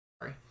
sorry